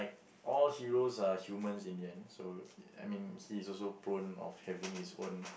all heroes are humans in the end so I mean he's also prone of having his own